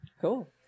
Cool